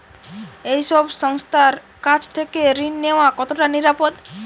এই সব সংস্থার কাছ থেকে ঋণ নেওয়া কতটা নিরাপদ?